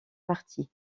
parties